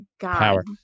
power